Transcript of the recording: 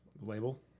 label